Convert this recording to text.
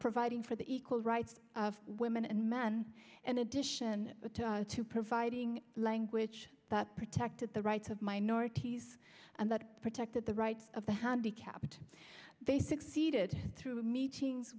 providing for the equal rights of women and men in addition to providing language that protected the rights of minorities and that protected the rights of the handicapped they succeeded through a meeting